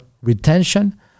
retention